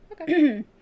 Okay